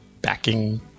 backing